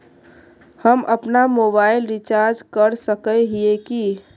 हम अपना mobile recharge कर सकय हिये की?